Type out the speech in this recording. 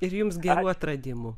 ir jums gerų atradimų